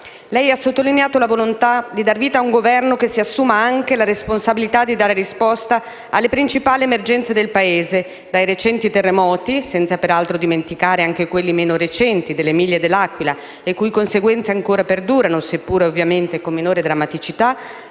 Lei ha sottolineato la volontà da dar vita ad un Governo che si assuma anche la responsabilità di dare risposta alle principali emergenze del Paese: dai recenti terremoti, senza peraltro dimenticare anche quelli meno recenti dell'Emilia e dell'Aquila (le cui conseguenze ancora perdurano, seppure, ovviamente, con minore drammaticità),